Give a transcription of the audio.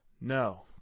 No